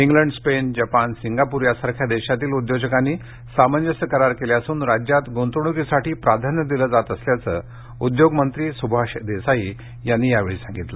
England Spain Japan Singapore यासारख्या देशांतील उद्योजकांनी सामंजस्य करार केले असून राज्यास गुंतवणुकीसाठी प्राधान्य दिलं जात असल्याचं उद्योगमंत्री सुभाष देसाई यांनी सांगितलं